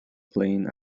playing